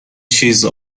چیز